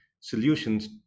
solutions